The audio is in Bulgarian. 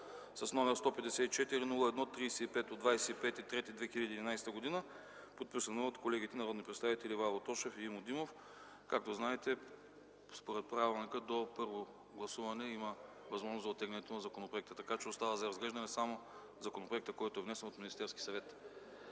от 25.03.2011 г., подписан от народните представители Ивайло Тошев и Димо Димов. Както знаете, според правилника, до първо гласуване има възможност за оттеглянето на законопроекта. Остава за разглеждане само законопроектът, който е внесен от Министерския съвет.